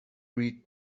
read